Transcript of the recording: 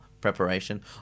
preparation